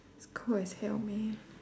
it's cold as hell man